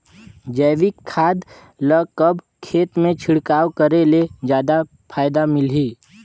जैविक खाद ल कब खेत मे छिड़काव करे ले जादा फायदा मिलही?